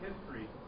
history